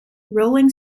rolling